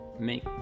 Make